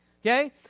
okay